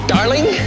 Darling